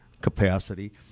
capacity